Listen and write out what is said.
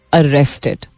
arrested